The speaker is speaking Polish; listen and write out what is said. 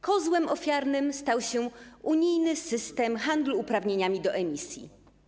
Kozłem ofiarnym stał się unijny system handlu uprawnieniami do emisji.